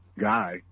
guy